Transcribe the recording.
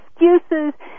excuses